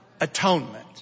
atonement